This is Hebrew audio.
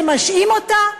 שמשהים אותה?